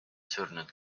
surnud